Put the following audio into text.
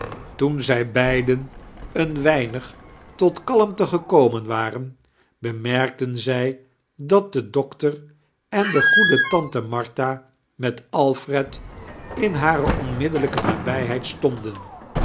toen zij beiden een weinig tot kalmte gekomen waren bemerkten zij dat de doctor en de goede tante martha met alfred in hare onmiddellijke nabijheid stonden